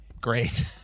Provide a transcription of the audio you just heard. Great